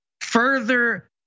Further